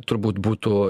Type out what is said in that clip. turbūt būtų